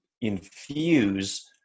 infuse